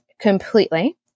completely